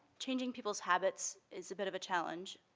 changing people's habits is a bit of a challenge.